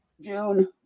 June